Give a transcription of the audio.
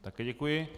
Také děkuji.